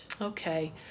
Okay